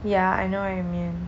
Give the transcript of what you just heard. ya I know what you mean